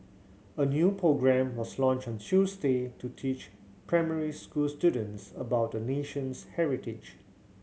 a new programme was launched on Tuesday to teach primary school students about the nation's heritage